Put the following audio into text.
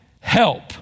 Help